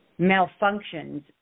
malfunctions